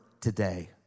today